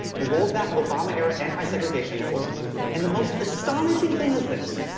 rolled back obama-era anti-segregation rules and the most astonishing thing is this.